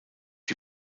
die